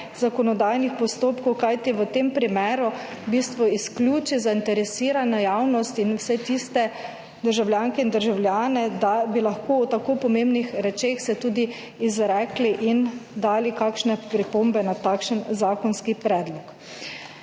zakonodajnih postopkov. Kajti, v tem primeru v bistvu izključi zainteresirana javnost in vse tiste državljanke in državljane, da bi lahko o tako pomembnih rečeh se tudi izrekli in dali kakšne pripombe na takšen zakonski predlog.